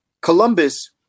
Columbus